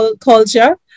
culture